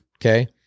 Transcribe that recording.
Okay